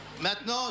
maintenant